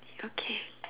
okay